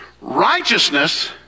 righteousness